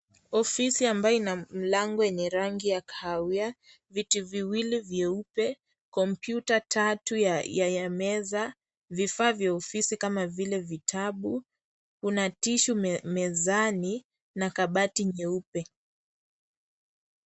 Ofisi ambayo ina mlango yenye rangi ya kahawia, viti viwili vyeupoe, komputa tatu ya meza, vifaa vya ofisi kama vile vitabu, kuna tishu mezani, na kabati nyeupe.